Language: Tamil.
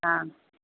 ஆ